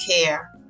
care